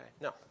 No